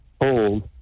hold